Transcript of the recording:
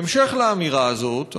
בהמשך לאמירה הזאת,